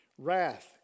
Wrath